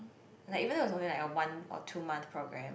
like even if it was only like a one or two month programme